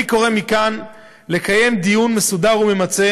אני קורא מכאן לקיים דיון מסודר וממצה